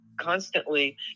constantly